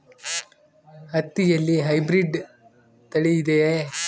ಹತ್ತಿಯಲ್ಲಿ ಹೈಬ್ರಿಡ್ ತಳಿ ಇದೆಯೇ?